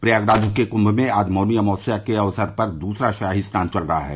प्रयागराज के कुम्भ में आज मौनी अमावस्या के अवसर पर दूसरा शाही स्नान चल रहा है